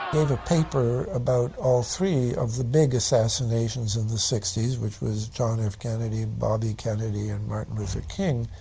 gave a paper about all three of the big assassinations of the sixty s, which was john f. kennedy, bobby kennedy and martin luther king.